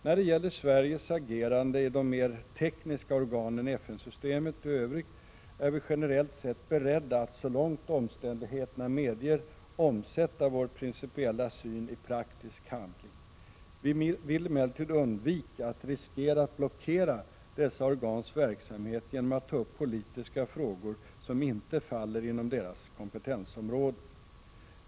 När det gäller Sveriges agerande i de mer tekniska organen i FN-systemet i Övrigt är vi generellt sett beredda att så långt omständigheterna medger omsätta vår principiella syn i praktisk handling. Vi vill emellertid undvika att riskera att blockera dessa organs verksamhet genom att ta upp politiska frågor som inte faller inom deras kompetensområde.